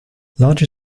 larger